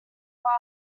while